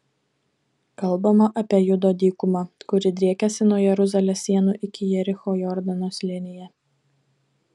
kalbama apie judo dykumą kuri driekiasi nuo jeruzalės sienų iki jericho jordano slėnyje